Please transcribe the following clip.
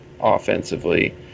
offensively